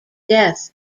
death